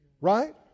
Right